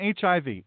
HIV